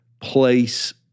place